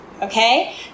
Okay